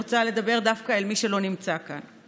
אני רוצה לדבר דווקא למי שלא נמצא כאן.